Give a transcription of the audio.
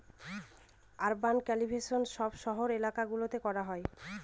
urban cultivation সব শহরের এলাকা গুলোতে করা হয়